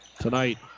Tonight